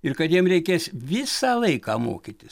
ir kad jiem reikės visą laiką mokytis